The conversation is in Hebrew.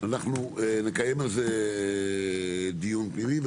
אנחנו נקיים על זה דיון פנימי.